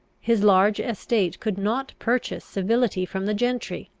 his large estate could not purchase civility from the gentry,